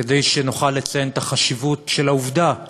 לכך שנוכל לציין את החשיבות של העובדה שהיום,